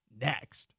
next